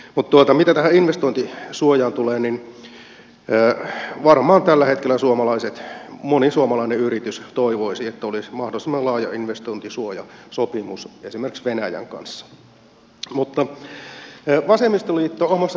mitä tähän investointisuojaan tulee niin varmaan tällä hetkellä moni suomalainen yritys toivoisi että olisi mahdollisimman laaja investointisuojasopimus esimerkiksi venäjän kanssa